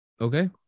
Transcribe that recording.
Okay